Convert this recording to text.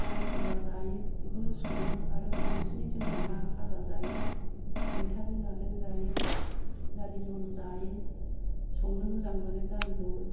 आलु फाजा जायो बेखौनो सङो आरो बांसिनै जोंहा ना फाजा जायो मैथाजों नाजों जायो दालि जहल जायो संनो मोजां मोनो दालिखौबो